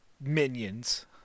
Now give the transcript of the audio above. minions